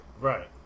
Right